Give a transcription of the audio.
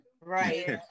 Right